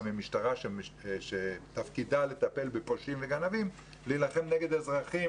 ממשטרה שתפקידה לטפל בפושעים ובגנבים להילחם נגד אזרחים